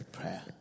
prayer